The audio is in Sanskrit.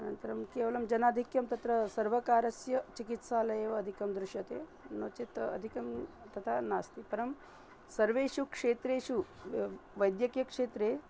अनन्तरं केवलं जनादिक्यं तत्र सर्वकारस्य चिकित्सालयेव अधिकं दृश्यते नो चेत् अधिकं तथा नास्ति परं सर्वेषु क्षेत्रेषु वैद्यकीयक्षेत्रे